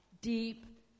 Deep